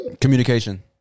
Communication